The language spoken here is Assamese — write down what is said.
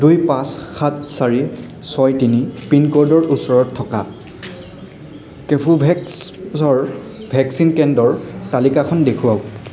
দুই পাঁচ সাত চাৰি ছয় তিনি পিনক'ডৰ ওচৰত থকা কেভোভেক্সৰ ভেকচিন কেন্দ্ৰৰ তালিকাখন দেখুৱাওঁক